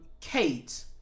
Kate